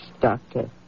Doctor